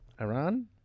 Iran